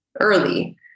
early